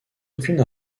aucune